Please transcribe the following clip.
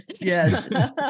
yes